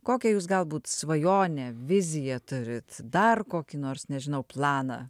kokią jūs galbūt svajonę viziją turit dar kokį nors nežinau planą